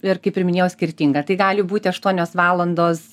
ir kaip ir minėjau skirtinga tai gali būti aštuonios valandos